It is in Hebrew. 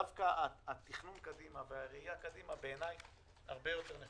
דווקא התכנון והראייה קדימה הרבה יותר בעיניי.